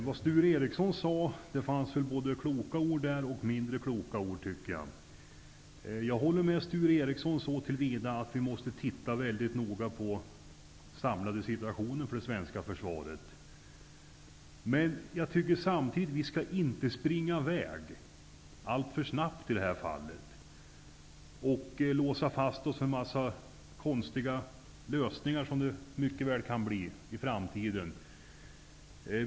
Fru talman! Det fanns både kloka ord och mindre kloka ord i Sture Ericsons anförande. Jag håller med honom om att vi måste se väldigt noga på den samlade situationen för det svenska försvaret. Men vi skall inte springa i väg alltför snabbt och låsa fast oss för en massa konstiga lösningar, vilket mycket väl kan bli fallet i framtiden.